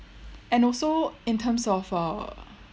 and also in terms of err